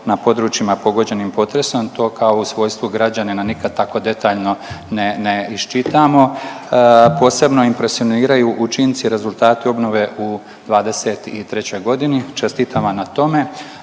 na područjima pogođenim potresom. To kao u svojstvu građanina nikad tako detaljno ne iščitamo. Posebno impresioniraju učinci, rezultati obnove u 2023. godini. Čestitam vam na tome.